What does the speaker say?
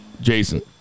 Jason